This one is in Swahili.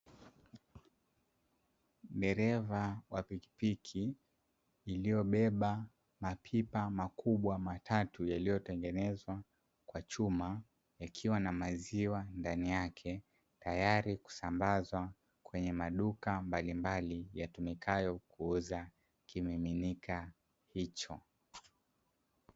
Dereva wa pikipiki iliyobeba mapipa makubwa matatu yaliyotengenezwa kwa chuma yakiwa na maziwa ndani yake, tayari kusambazwa kwenye maduka mbalimbali yatumikayo kuuza kimiminika hicho